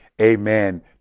amen